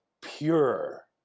pure